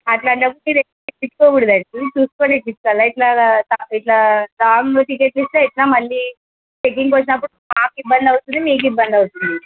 అట్లాంటప్పు ఇట్లా తీసుకోకూడదు రూల్ చూసుకునే తీసుకోవాలా ఇట్లా డామ్ కటేస్తే ఏట్లా మళ్ళీ చెక్కింగ్కి వచ్చినప్పుడు మాకు ఇబ్బంది అవుతుంది మీకు ఇబ్బంది అవుతుంది